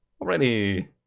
Already